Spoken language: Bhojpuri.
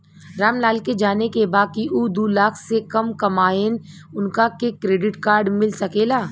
राम लाल के जाने के बा की ऊ दूलाख से कम कमायेन उनका के क्रेडिट कार्ड मिल सके ला?